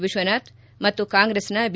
ವಿಶ್ವನಾಥ್ ಮತ್ತು ಕಾಂಗ್ರೆಸ್ನ ಬಿ